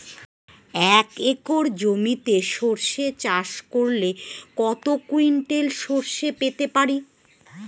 এক একর জমিতে সর্ষে চাষ করলে কত কুইন্টাল সরষে পেতে পারি?